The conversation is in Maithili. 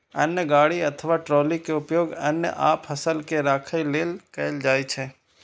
अन्न गाड़ी अथवा ट्रॉली के उपयोग अन्न आ फसल के राखै लेल कैल जाइ छै